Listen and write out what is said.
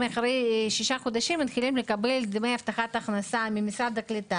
הם אחרי שישה חודשים מתחילים לקבל דמי הבטחת הכנסה ממשרד הקליטה.